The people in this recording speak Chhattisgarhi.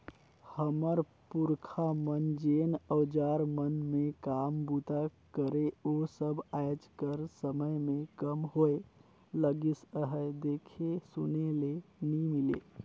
हमर पुरखा मन जेन अउजार मन मे काम बूता करे ओ सब आएज कर समे मे कम होए लगिस अहे, देखे सुने ले नी मिले